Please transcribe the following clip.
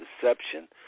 deception